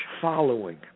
following